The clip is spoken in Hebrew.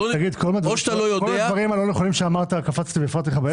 האם בכל הדברים הלא נכונים שאמרת קפצתי והפרעתי לך באמצע?